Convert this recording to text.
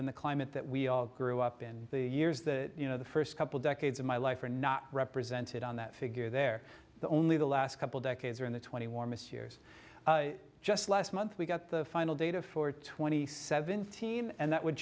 than the climate that we all grew up in the years that the first couple decades of my life are not represented on that figure they're only the last couple decades or in the twenty warmest years just last month we got the final data for twenty seventeen and that would